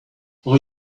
are